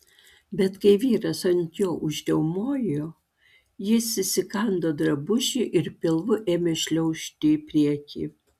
bet kai vyras ant jo užriaumojo jis įsikando drabužį ir pilvu ėmė šliaužti į priekį